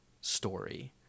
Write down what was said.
story